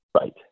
Right